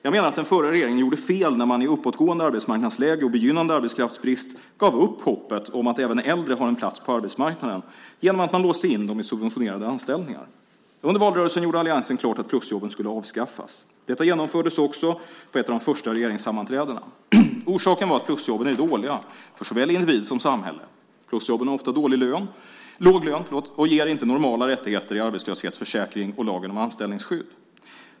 Jag menar att den förra regeringen gjorde fel när man i uppåtgående arbetsmarknadsläge och begynnande arbetskraftsbrist gav upp hoppet om att även äldre har en plats på arbetsmarknaden genom att man låste in dem i subventionerade anställningar. Under valrörelsen gjorde alliansen klart att plusjobben skulle avskaffas. Detta genomfördes också på ett av de första regeringssammanträdena. Orsaken var att plusjobben är dåliga för såväl individ som samhälle. Plusjobben har ofta låg lön och ger inte normala rättigheter i arbetslöshetsförsäkringen och lagen om anställningsskydd.